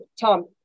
tom